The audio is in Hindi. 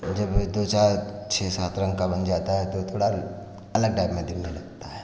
जब ये दो चार छः सात रंग का बन जाता है तो थोड़ा अलग टाइप में दिखने लगता है